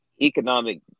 economic